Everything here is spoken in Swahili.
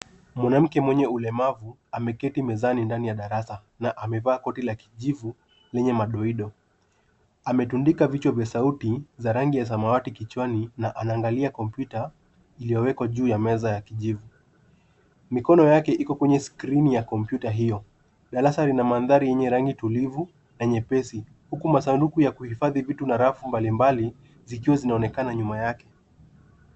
Mwanamke mwenye ulemavu ameketi mezani ndani ya darasa na amevaa koti la kijivu lenye madoido. Ametundika vichwa vya sauti za rangi ya samawati kichwani na anaangalia kompyuta iliyowekwa juu ya meza ya kijivu. Mikono yake iko kwenye skrini ya kompyuta hiyo. Darasa lina mandhari yenye rangi tulivu na nyepesi huku masanduku ya kuhifadhi vitu na rafu mbalimbali zikiwa zinaonekana nyuma yake.